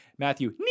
Matthew